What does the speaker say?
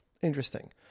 interesting